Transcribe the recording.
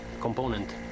component